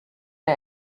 der